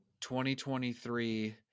2023